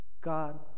God